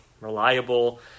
reliable